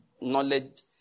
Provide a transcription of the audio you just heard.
knowledge